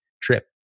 trip